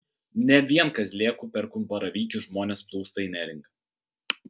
ne vien kazlėkų perkūnbaravykių žmonės plūsta į neringą